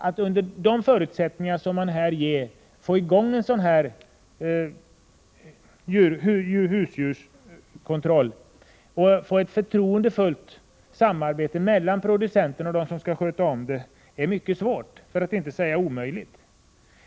Att under de förutsättningar som ges få i gång en sådan husdjurskontroll och skapa ett förtroendefullt samarbete mellan producenter och dem som skall sköta om den är mycket svårt, för att inte säga omöjligt.